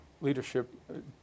leadership